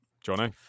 Johnny